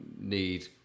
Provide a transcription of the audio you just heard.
need